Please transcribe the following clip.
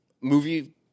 movie